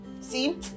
see